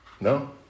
No